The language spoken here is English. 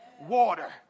water